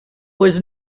was